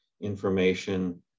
information